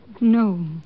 No